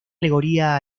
alegoría